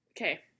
Okay